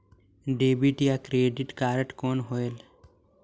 Debit या credit card कौन होएल?